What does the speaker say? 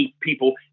people